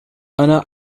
أنا